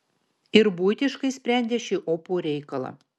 ir buitiškai sprendė šį opų reikalą